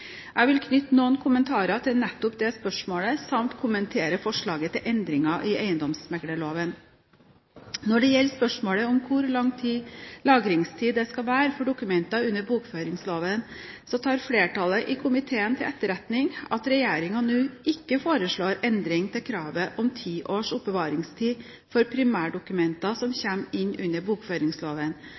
Jeg vil knytte noen kommentarer til nettopp det spørsmålet samt kommentere forslaget til endringer i eiendomsmeglingsloven. Når det gjelder spørsmålet om hvor lang lagringstid det skal være for dokumenter under bokføringsloven, tar flertallet i komiteen til etterretning at regjeringen nå ikke foreslår endring til kravet om ti års oppbevaringstid for primærdokumenter som kommer inn under bokføringsloven.